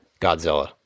godzilla